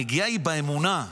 כשמדובר בנושא של אמונה,